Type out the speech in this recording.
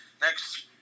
next